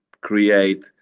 create